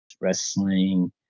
wrestling